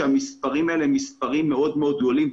המספרים האלה הם מספרים מאוד מאוד גדולים.